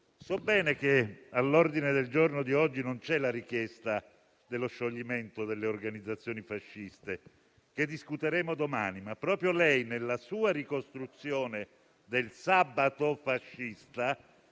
So bene che all'ordine del giorno di oggi non c'è la richiesta dello scioglimento delle organizzazioni fasciste, che discuteremo domani, ma proprio lei, nella sua ricostruzione del sabato fascista,